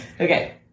Okay